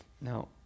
Now